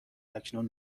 اکنون